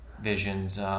visions